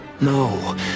No